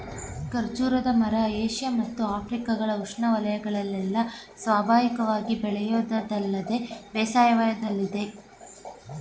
ಖರ್ಜೂರದ ಮರ ಏಷ್ಯ ಮತ್ತು ಆಫ್ರಿಕಗಳ ಉಷ್ಣವಯಗಳಲ್ಲೆಲ್ಲ ಸ್ವಾಭಾವಿಕವಾಗಿ ಬೆಳೆಯೋದಲ್ಲದೆ ಬೇಸಾಯದಲ್ಲಿದೆ